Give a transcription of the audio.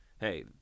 hey